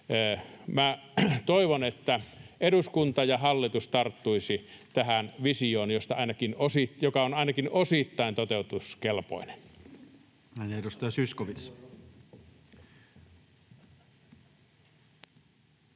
toivon, että eduskunta ja hallitus tarttuisivat tähän visioon, joka on ainakin osittain toteutuskelpoinen.